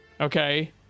Okay